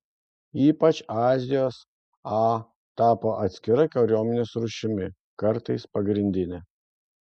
ypač azijos a tapo atskira kariuomenės rūšimi kartais pagrindine